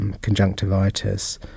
conjunctivitis